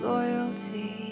Loyalty